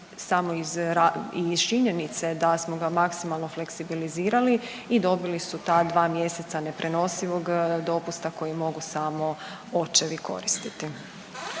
samo iz činjenice da smo ga maksimalno fleksibilizirali i dobili su ta dva mjeseca neprenosivog dopusta koji mogu samo očevi koristiti.